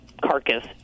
carcass